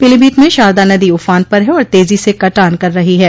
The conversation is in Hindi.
पीलीभीत में शारदा नदी उफान पर है और तेजी से कटान कर रही है